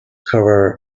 cover